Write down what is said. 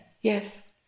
Yes